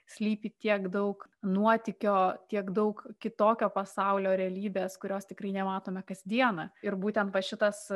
slypi tiek daug nuotykio tiek daug kitokio pasaulio realybės kurios tikrai nematome kasdieną ir būtent va šitas